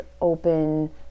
open